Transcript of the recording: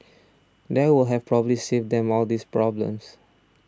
now would have probably saved them all these problems